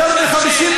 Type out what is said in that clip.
אשאל שאלה.